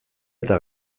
eta